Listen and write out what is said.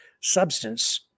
substance